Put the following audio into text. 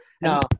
No